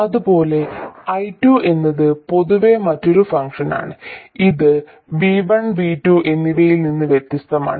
അതുപോലെ I2 എന്നത് പൊതുവെ മറ്റൊരു ഫംഗ്ഷനാണ് ഇത് V1 V2 എന്നിവയിൽ നിന്ന് വ്യത്യസ്തമാണ്